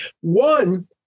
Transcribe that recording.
One